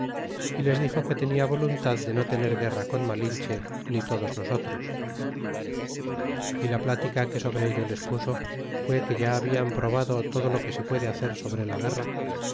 y les dixo que tenia voluntad de no tener guerra con malinche ni todos nosotros y la plática que sobre ello les puso fuó que ya hablan probado todo lo que se puede hacer sobre la guerra